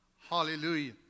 Hallelujah